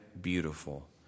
beautiful